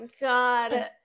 god